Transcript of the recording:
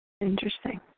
Interesting